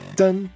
dun